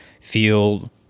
feel